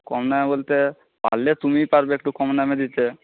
কম দামে বলতে পারলে তুমিই পারবে একটু কম দামে দিতে